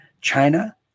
China